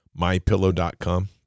mypillow.com